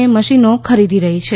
એ મશીનો ખરીદી રહી છે